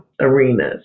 arenas